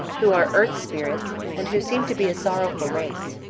who are earth-spirits, and who seem to be a sorrowful race.